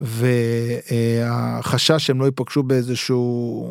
והחשש שהם לא יפגשו באיזשהו.